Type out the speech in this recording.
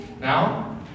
Now